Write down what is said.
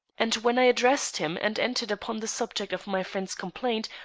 and when i addressed him and entered upon the subject of my friend's complaint,